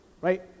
Right